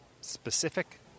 specific